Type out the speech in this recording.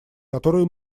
которую